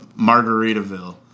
Margaritaville